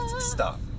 Stop